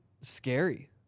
scary